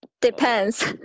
depends